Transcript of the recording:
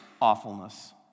awfulness